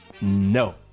No